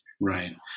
Right